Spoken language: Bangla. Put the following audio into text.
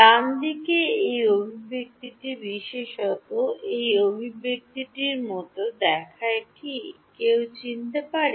ডানদিকে এই অভিব্যক্তিটি বিশেষত এই অভিব্যক্তিটির মতো দেখায় কি কেউ চিনতে পারে